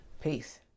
Peace